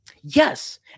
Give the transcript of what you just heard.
Yes